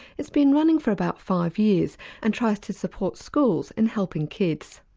it's been running for about five years and tries to support schools in helping kids.